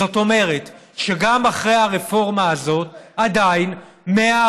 זאת אומרת שגם אחרי הרפורמה הזאת עדיין 140